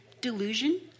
Delusion